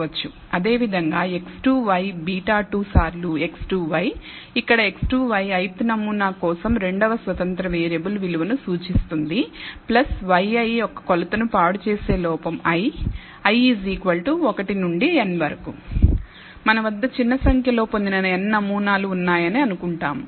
అదేవిధంగా x2y β2 సార్లు x2y ఇక్కడ x2y ith నమూనా కోసం రెండవ స్వతంత్ర వేరియబుల్ విలువను సూచిస్తుంది yi యొక్క కొలతను పాడుచేసే లోపం i i 1 నుండి n వరకు మన వద్ద చిన్న సంఖ్యలో పొందిన n నమూనాలు ఉన్నాయని అనుకుంటాము